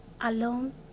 alone